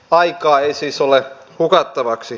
aikaa ei siis ole hukattavaksi